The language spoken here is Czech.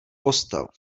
postel